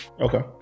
Okay